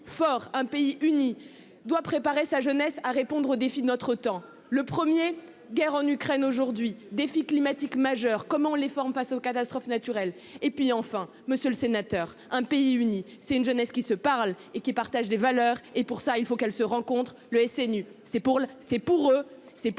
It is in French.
fort un pays uni doit préparer sa jeunesse à répondre aux défis de notre temps le. Guerre en Ukraine aujourd'hui défi climatique majeur, comment les formes face aux catastrophes naturelles. Et puis enfin monsieur le sénateur, un pays uni, c'est une jeunesse qui se parlent et qui partagent des valeurs, et pour ça il faut qu'elle se rencontrent le SNU. C'est pour le, c'est pour eux,